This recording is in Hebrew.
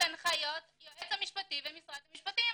הנחיות היועץ המשפטי במשרד המשפטים.